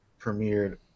premiered